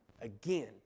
Again